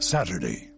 Saturday